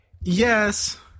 Yes